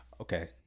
Okay